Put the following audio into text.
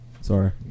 Sorry